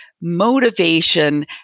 motivation